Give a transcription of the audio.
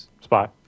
spot